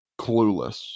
clueless